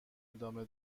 ادامه